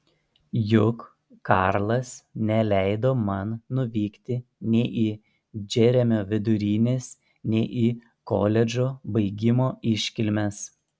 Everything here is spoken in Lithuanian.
juk karlas neleido man nuvykti nei į džeremio vidurinės nei į koledžo baigimo iškilmes